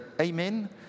amen